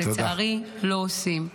ולצערי לא עושים אותו.